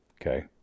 Okay